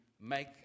make